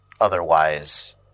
otherwise